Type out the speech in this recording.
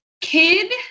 kid-